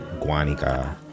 Guanica